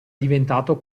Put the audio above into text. diventato